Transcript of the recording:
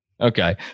Okay